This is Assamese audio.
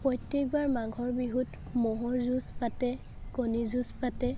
প্ৰত্যেকবাৰ মাঘৰ বিহুত ম'হৰ যুঁজ পাতে কণী যুঁজ পাতে